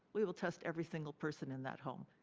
we will test every single person in that home.